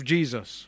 Jesus